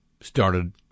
started